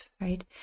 right